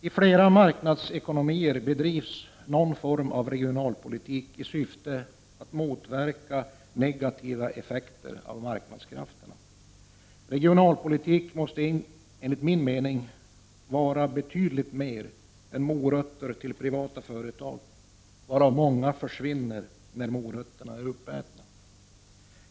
I flera marknadsekonomier bedrivs någon form av regionalpolitik i syfte att motverka negativa effekter av marknadskrafterna. Regionalpolitik måste enligt min mening vara betydligt mer än morötter till privata företag, av vilka många försvinner när morötterna är uppätna.